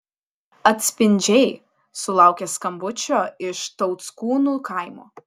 atspindžiai sulaukė skambučio iš tauckūnų kaimo